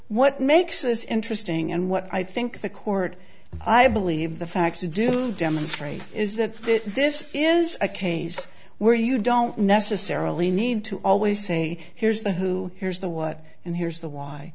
what makes this interesting and what i think the court i believe the facts do demonstrate is that this is a case where you don't necessarily need to always say here's the who here's the what and here's the